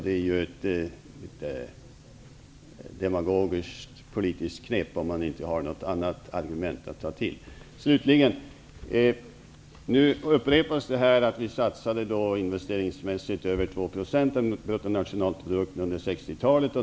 Det är ett demagogiskt politiskt knep som man använder när man inte har något annat argument att ta till. Ulla Orring upprepar detta med att vi under 60 talet investeringsmässigt satsade över 2 % av bruttonationalprodukten.